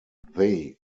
they